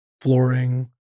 flooring